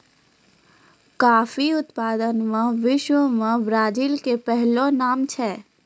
coffee उत्पादन मॅ विश्व मॅ ब्राजील के पहलो नाम छै